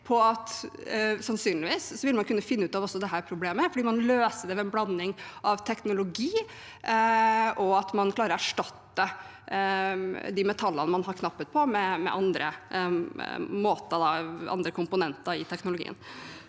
sannsynligvis vil kunne finne ut av også dette problemet, at vi kan løse det med en blanding av teknologi og at man klarer å erstatte de metallene man har knapphet på, med andre komponenter i teknologien.